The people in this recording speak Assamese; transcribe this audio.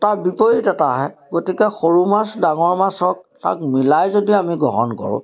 তাৰ বিপৰীত এটা আহে গতিকে সৰু মাছ ডাঙৰ মাছ হওক তাক মিলাই যদি আমি গ্ৰহণ কৰোঁ